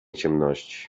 ciemności